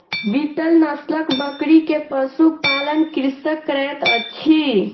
बीतल नस्लक बकरी के पशु पालन कृषक करैत अछि